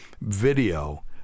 video